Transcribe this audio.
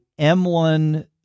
M1